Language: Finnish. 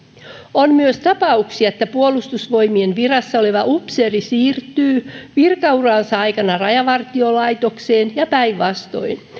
on myös tapauksia että puolustusvoimien virassa oleva upseeri siirtyy virkauransa aikana rajavartiolaitokseen ja päinvastoin